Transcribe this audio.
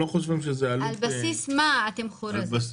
על בסיס מה התמחור הזה?